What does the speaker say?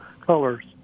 colors